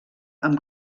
amb